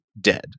dead